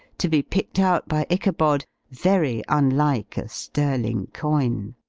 to be picked out by ichabod, very unlike a sterling coin.